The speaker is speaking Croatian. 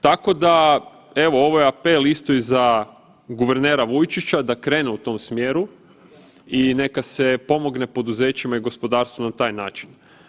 Tako da evo ovo je apel isto i za guvernera Vujčića, da krene u tom smjeru i neka se pomogne poduzećima i gospodarstvu na taj način.